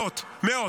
מאות.